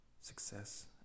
success